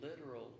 literal